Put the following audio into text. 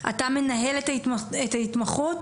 אתה מנהל את ההתמחות?